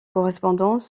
correspondants